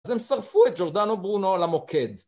אז הם שרפו את ג'ורדאנו ברונו על המוקד.